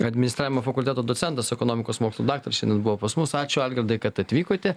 administravimo fakulteto docentas ekonomikos mokslų daktaras šiandien buvo pas mus ačiū algirdai kad atvykote